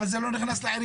אבל זה לא נכנס לעירייה,